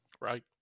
Right